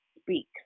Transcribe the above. speak